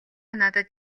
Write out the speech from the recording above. надад